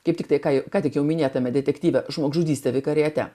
kaip tiktai kai ką tik jau minėtame detektyve žmogžudystė vikariate